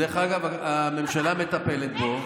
דרך אגב, הממשלה מטפלת בו.